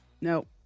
Nope